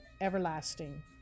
everlasting